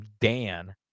Dan